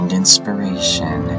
inspiration